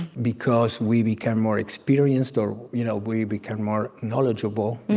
because we become more experienced, or you know we become more knowledgeable.